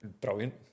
Brilliant